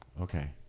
okay